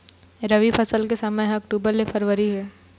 रबी फसल के समय ह अक्टूबर ले फरवरी हे